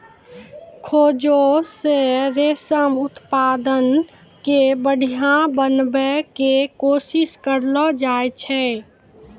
खोजो से रेशम उत्पादन के बढ़िया बनाबै के कोशिश करलो जाय छै